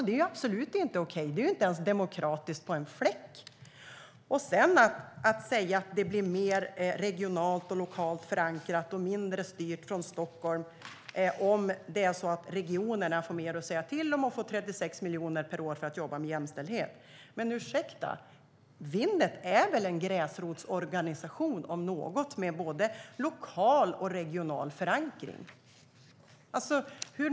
Det är absolut inte okej. Det är inte ens demokratiskt på en fläck. Ministern säger att det blir mer regionalt och lokalt förankrat och mindre styrt från Stockholm om regionerna får mer att säga till om och får 36 miljoner per år för att jobba med jämställdhet. Men ursäkta, Winnet är väl om någon en gräsrotsorganisation med både lokal och regional förankring.